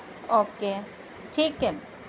okay ٹھیک ہے